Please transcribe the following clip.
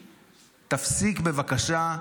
בבקשה,